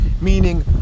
Meaning